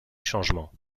changement